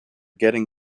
getting